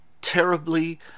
terribly